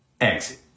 exit